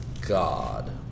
God